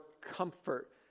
comfort